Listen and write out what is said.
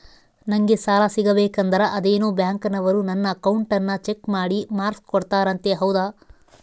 ನಂಗೆ ಸಾಲ ಸಿಗಬೇಕಂದರ ಅದೇನೋ ಬ್ಯಾಂಕನವರು ನನ್ನ ಅಕೌಂಟನ್ನ ಚೆಕ್ ಮಾಡಿ ಮಾರ್ಕ್ಸ್ ಕೋಡ್ತಾರಂತೆ ಹೌದಾ?